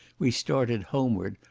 we started homeward,